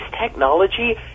technology